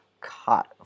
cut